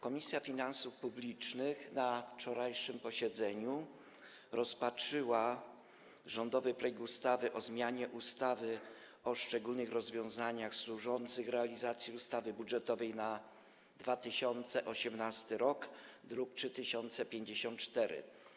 Komisja Finansów Publicznych na wczorajszym posiedzeniu rozpatrzyła rządowy projekt ustawy o zmianie ustawy o szczególnych rozwiązaniach służących realizacji ustawy budżetowej na rok 2018, druk nr 3054.